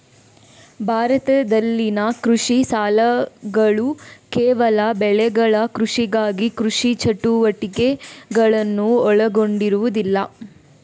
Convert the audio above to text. ಭಾರತದಲ್ಲಿನ ಕೃಷಿ ಸಾಲಗಳುಕೇವಲ ಬೆಳೆಗಳ ಕೃಷಿಗಾಗಿ ಕೃಷಿ ಚಟುವಟಿಕೆಗಳನ್ನು ಒಳಗೊಂಡಿರುವುದಿಲ್ಲ